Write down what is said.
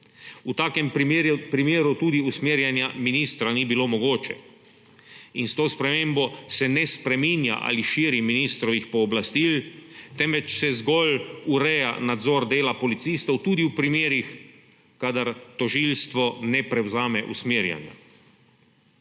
V takem primeru tudi usmerjanje ministra ni bilo mogoče. S to spremembo se ne spreminja ali širi ministrovih pooblastil, temveč se zgolj ureja nadzor dela policistov tudi v primerih, kadar tožilstvo ne prevzame usmerjanja.